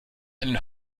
einen